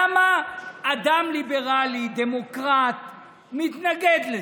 למה אדם ליברלי דמוקרטי מתנגד לזה?